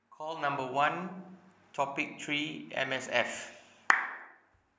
call number one topic three M_S_F